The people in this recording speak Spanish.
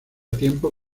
tiempo